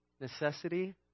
necessity